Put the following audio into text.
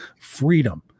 freedom